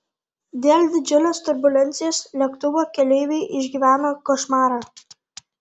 dėl didžiulės turbulencijos lėktuvo keleiviai išgyveno košmarą